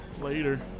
Later